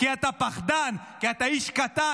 כי אתה פחדן, כי אתה איש קטן.